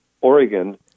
Oregon